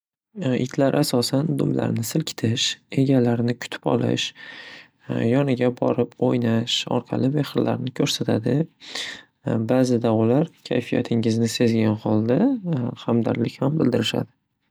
Itlar asosan dumlarni silkitish, egalarini kutib olish, yoniga borib o‘ynash orqali mehrlarini ko‘rsatadi. Bazida ular kayfiyatingizni sezgan holda hamdardlik ham bildirishadi.